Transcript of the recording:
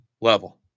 level